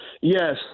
Yes